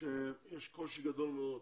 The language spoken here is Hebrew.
שיש קושי גדול מאוד